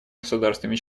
государствами